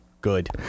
Good